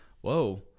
Whoa